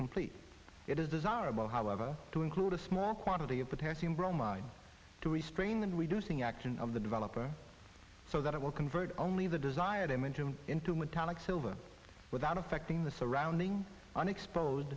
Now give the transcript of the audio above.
complete it is desirable however to include a small quantity of potassium bromide to restrain and reducing action of the developer so that it will convert only the desired i mentioned into metallic silver without affecting the surrounding unexposed